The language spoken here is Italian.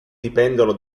dipendono